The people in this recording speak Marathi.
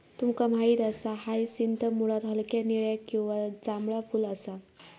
तुमका माहित असा हायसिंथ मुळात हलक्या निळा किंवा जांभळा फुल असा